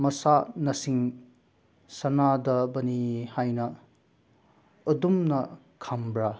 ꯃꯁꯥꯟꯅꯁꯤꯡ ꯁꯥꯟꯅꯗꯕꯅꯤ ꯍꯥꯏꯅ ꯑꯗꯨꯝꯅ ꯈꯟꯕ꯭ꯔꯥ